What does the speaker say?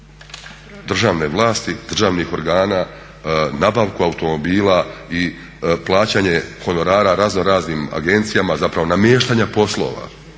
državne vlasti, državnih organa, nabavku automobila i plaćanje honorara raznoraznim agencijama, zapravo namještanja poslova